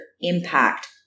impact